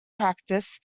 practice